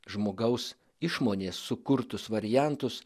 žmogaus išmonės sukurtus variantus